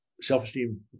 self-esteem